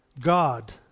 God